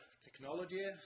technology